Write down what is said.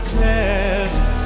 test